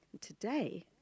Today